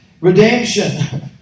Redemption